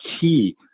key